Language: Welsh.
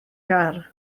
gar